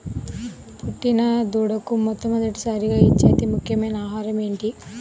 పుట్టిన దూడకు మొట్టమొదటిసారిగా ఇచ్చే అతి ముఖ్యమైన ఆహారము ఏంటి?